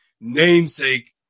namesake